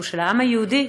שהוא של העם היהודי.